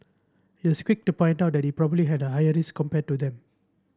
he was quick to point out that he probably had a higher risk compared to them